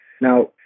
Now